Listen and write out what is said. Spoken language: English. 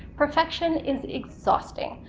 perfection is exhausting.